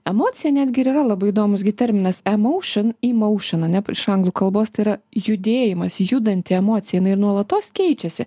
emocija netgi ir yra labai įdomus gi terminas emaušin imaušin ane iš anglų kalbos tai yra judėjimas judanti emocija jinai ir nuolatos keičiasi